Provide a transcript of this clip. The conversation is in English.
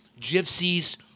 Gypsies